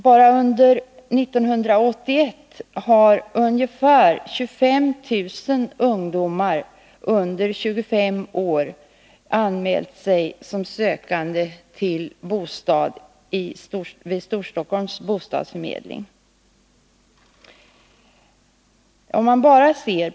Bara under 1981 har ungefär 25 000 ungdomar under 25 år anmält sig vid Storstockholms bostadsförmedling som sökande till bostad.